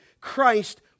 Christ